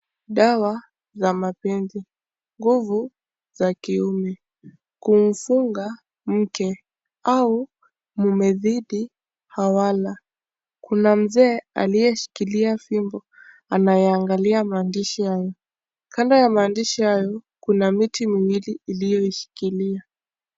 Dawa za mapenzi. Nguvu za kiume. Kumfunga mke au mumezidi hawara. Kuna mzee aliyeshikilia fimbo, anayaangalia mandishi hayo. Kando ya mandishi hayo kuna miti miwili iliyoishikilia.